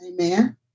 Amen